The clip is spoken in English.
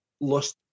lost